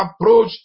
approach